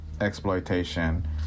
exploitation